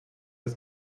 das